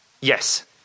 Yes